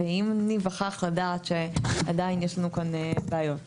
ואם ניווכח לדעת שעדיין יש לנו כאן בעיות,